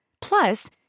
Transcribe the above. Plus